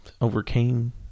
overcame